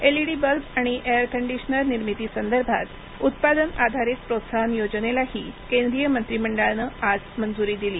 LED bulb आणि air conditioner निर्मितीसंदर्भात उत्पादन आधारित प्रोत्साहन योजनेलाही केंद्रीय मंत्रीमंडळानं आज मंजुरी दिली